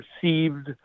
perceived